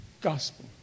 gospel